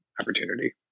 opportunity